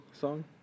song